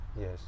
yes